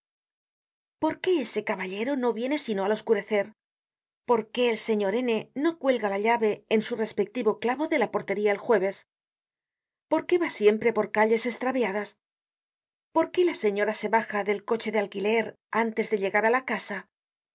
por qué ese caballero no viene sino al oscurecer por qué el señor n no cuelga la llave en su respectivo clavo de la portería el jueves por qué va siempre por calles estraviadas por qué la señora se baja del coche de alquiler antes de llegar á la casa